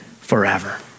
forever